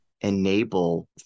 enable